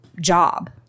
job